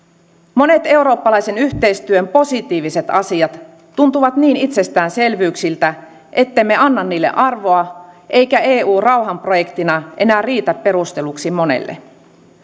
monet eurooppalaisen yhteistyön positiiviset asiat tuntuvat niin itsestäänselvyyksiltä ettemme anna niille arvoa eikä eu rauhan projektina enää riitä perusteluksi monelle